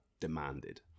demanded